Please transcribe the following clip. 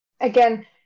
again